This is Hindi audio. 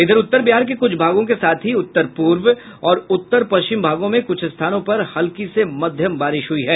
इधर उत्तर बिहार के कुछ भागों के साथ ही उत्तर पूर्व और उत्तर पश्चिम भागों में कुछ स्थानों पर हल्की से मध्यम बारिश हुई है